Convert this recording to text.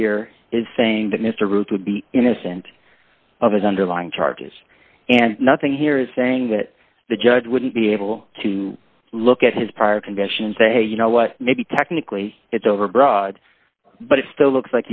here is saying that mr root would be innocent of his underlying charges and nothing here is saying that the judge wouldn't be able to look at his prior conviction and say you know what maybe technically it's overbroad but it still looks